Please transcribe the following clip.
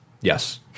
Yes